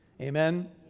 Amen